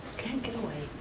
can't get away.